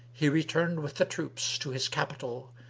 he returned with the troops to his capital,